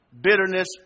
bitterness